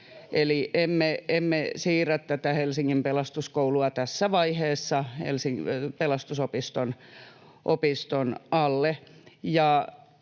emme siirrä tätä Helsingin Pelastuskoulua tässä vaiheessa Pelastusopiston alle.